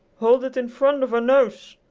hold it in front of her nose.